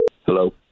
Hello